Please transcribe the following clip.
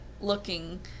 looking